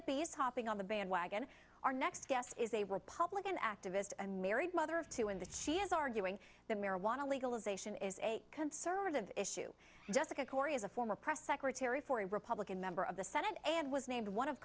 these hopping on the bandwagon our next guest is a republican activist and married mother of two in that she is arguing that marijuana legalization is a conservative issue jessica corey is a former press secretary for a republican member of the senate and was named one of